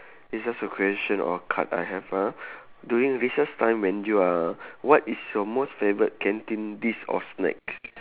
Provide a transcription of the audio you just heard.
it's just a question or card I have ah during recess time when you are what is your most favourite canteen dish or snacks